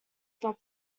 stop